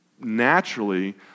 naturally